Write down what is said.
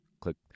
click